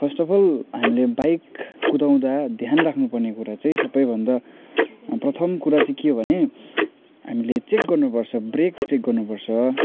first of all हामीले bike कुदाउँदा ध्यान राख्नु पर्ने कुरा चाहिँ सबै भन्दा प्रथम कुरा चाहिँ के हो भने हामीले चेक गर्नु पर्छ ब्रेक चेक गर्नु पर्छ